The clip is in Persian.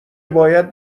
باید